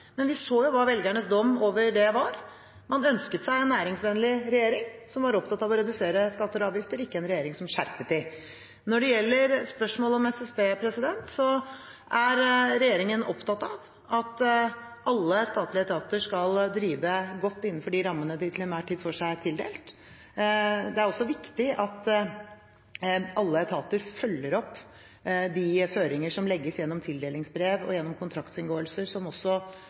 men vi så jo hva velgernes dom over det var. Man ønsket seg en næringsvennlig regjering som var opptatt av å redusere skatter og avgifter, ikke en regjering som skjerpet dem. Når det gjelder spørsmålet om SSB, er regjeringen opptatt av at alle statlige etater skal drive godt innenfor de rammene de til enhver tid får seg tildelt. Det er også viktig at alle etater følger opp de føringer som legges gjennom tildelingsbrev og gjennom kontraktinngåelser, som også